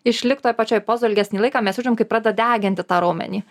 išlik toj pačioj pozoj ilgesnį laiką mes jaučiam kaip pradeda deginti tą raumenį